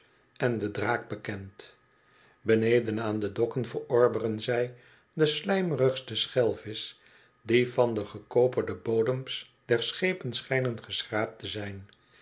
en den draak bekend beneden aan de dokken verorberen zij den slümerigsten schelvisch die van de gekoperde bodems der schepen schijnen geschraapt te zijn